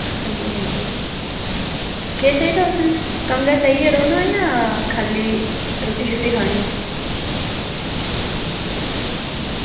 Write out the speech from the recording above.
आं जी आं जी एह् केह् चाहिदा तुसें कमरा लेइयै रौह्ना जां खाल्ली रुट्टी खानी